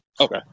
Okay